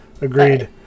agreed